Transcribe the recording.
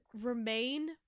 remain